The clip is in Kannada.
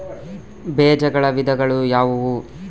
ಬೇಜಗಳ ವಿಧಗಳು ಯಾವುವು?